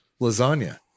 Lasagna